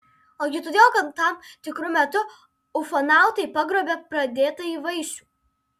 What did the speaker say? ogi todėl kad tam tikru metu ufonautai pagrobia pradėtąjį vaisių